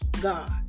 God